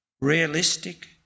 realistic